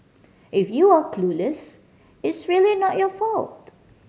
if you're clueless it's really not your fault